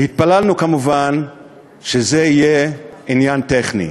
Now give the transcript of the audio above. והתפללנו, כמובן, שזה יהיה עניין טכני.